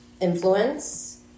influence